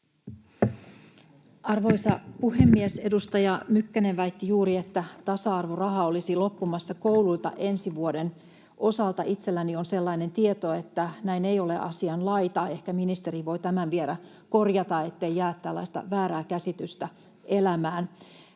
Arvoisa puhemies! Edustaja Mykkänen väitti juuri, että tasa-arvoraha olisi loppumassa kouluilta ensi vuoden osalta. Itselläni on sellainen tieto, että näin ei ole asian laita. Ehkä ministeri voi tämän vielä korjata, ettei jää tällaista väärää käsitystä elämään.